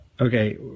Okay